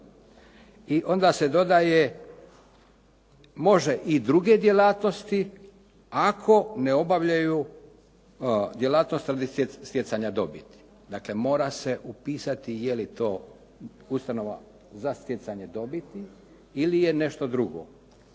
I onda se dodaje može i druge djelatnosti, ako ne obavljaju djelatnost radi stjecanja dobiti. Dakle, mora se upisati je li to ustanova za stjecanje dobiti ili je nešto drugo,